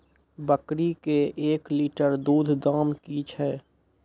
बकरी के एक लिटर दूध दाम कि छ?